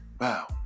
Wow